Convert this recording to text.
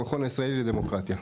המכון הישראלי לדמוקרטיה.